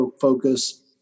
focus